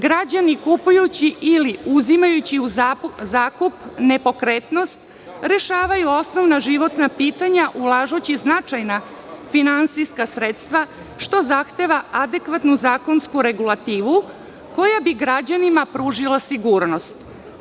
Građani kupujući ili uzimajući u zakup nepokretnost rešavaju osnovna životna pitanja ulažući značajna finansijska sredstva, što zahteva adekvatnu zakonsku regulativu koja bi građanima pružila sigurnost.